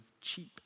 cheap